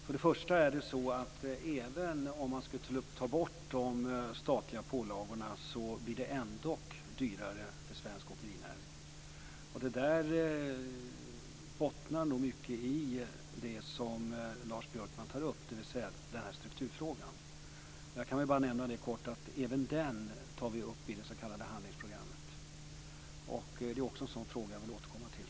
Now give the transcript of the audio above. Fru talman! Även om de statliga pålagorna tas bort blir det ändå dyrare för svensk åkerinäring. Det bottnar mycket i den strukturfråga Lars Björkman tar upp. Även den tas med i handlingsprogrammet. Det är också en sådan fråga jag vill återkomma till.